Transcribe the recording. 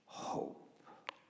hope